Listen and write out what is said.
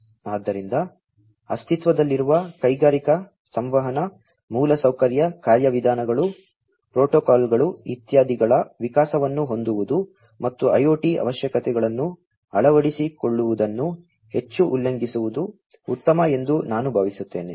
ಆದ್ದರಿಂದ ಅಸ್ತಿತ್ವದಲ್ಲಿರುವ ಕೈಗಾರಿಕಾ ಸಂವಹನ ಮೂಲಸೌಕರ್ಯ ಕಾರ್ಯವಿಧಾನಗಳು ಪ್ರೋಟೋಕಾಲ್ಗಳು ಇತ್ಯಾದಿಗಳ ವಿಕಾಸವನ್ನು ಹೊಂದುವುದು ಮತ್ತು IoT ಅವಶ್ಯಕತೆಗಳನ್ನು ಅಳವಡಿಸಿಕೊಳ್ಳುವುದನ್ನು ಹೆಚ್ಚು ಉಲ್ಲಂಘಿಸುವುದು ಉತ್ತಮ ಎಂದು ನಾನು ಭಾವಿಸುತ್ತೇನೆ